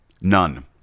none